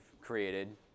created